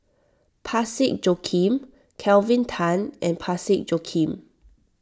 Parsick Joaquim Kelvin Tan and Parsick Joaquim